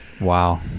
Wow